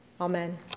Amen